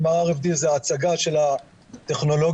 ה-RFD זה ההצגה של הטכנולוגיות,